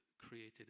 created